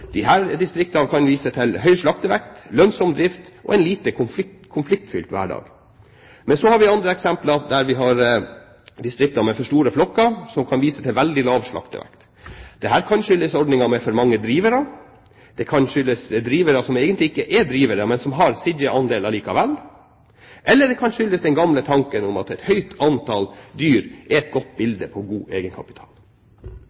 de kan få godt betalt for. Disse distriktene kan vise til høy slaktevekt, lønnsom drift og en lite konfliktfylt hverdag. Så har vi andre eksempler med distrikter med for store flokker, som kan vise til veldig lav slaktevekt. Dette kan skyldes ordninger med for mange drivere. Det kan skyldes drivere som egentlig ikke er drivere, men som har en sidaandel likevel, eller det kan skyldes den gamle tanken om at et høyt antall dyr er et godt